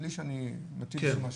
בלי שאני מטיל שום אשמה.